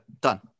Done